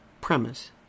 premise